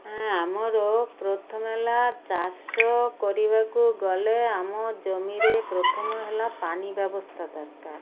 ଆମର ପ୍ରଥମେ ହେଲା ଚାଷ କରିବାକୁ ଗଲେ ଆମ ଜମିରେ ପ୍ରଥମ ହେଲା ପାଣି ବ୍ୟବସ୍ଥା ଦରକାର